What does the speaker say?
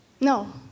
No